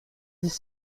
dix